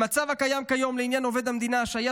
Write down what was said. במצב הקיים כיום לעניין עובד המדינה השעיה